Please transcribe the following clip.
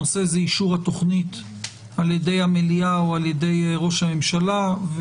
הנושא הוא אישור התוכנית על-ידי המליאה או על-ידי ראש הממשלה.